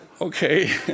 Okay